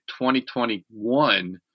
2021